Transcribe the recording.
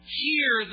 hear